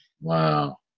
wow